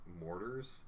mortars